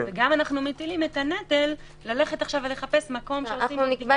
וגם אנחנו מטילים את הנטל לחפש מקום שעושים בו